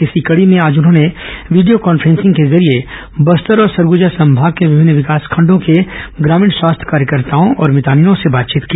इसी कडी में आज उन्होंने वीडियो कॉन्फ्रेंसिंग के जरिए बस्तर और सरगुजा संभाग के विभिन्न विकासखंडों के ग्रामीण स्वास्थ्य कार्यकर्ताओं और मितानिनों से बातचीत की